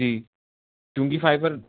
جی کیونکہ فائبر